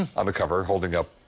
on the cover, holding up,